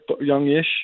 youngish